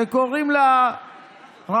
שקראו לה רחל,